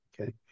okay